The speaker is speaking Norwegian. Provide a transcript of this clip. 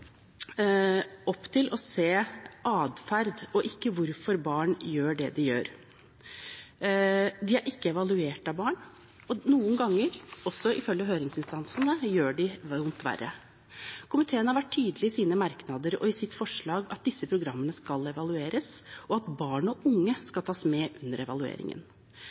opp til å se på adferd og ikke på hvorfor barn gjør det de gjør. De er ikke evaluert av barn, og noen ganger, også ifølge høringsinstansene, gjør de vondt verre. Komiteen har vært tydelig i sine merknader og i sitt forslag på at disse programmene skal evalueres, og at barn og unge skal tas med under evalueringen.